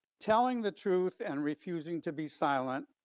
telling the truth and refusing to be silent,